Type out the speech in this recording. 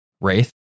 wraith